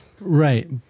Right